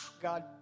God